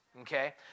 okay